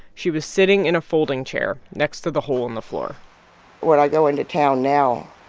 she was sitting in a folding chair next to the hole in the floor when i go into town now